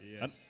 Yes